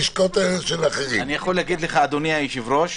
אדוני היושב-ראש,